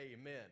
amen